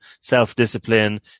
self-discipline